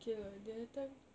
okay ah the other time